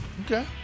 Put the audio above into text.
Okay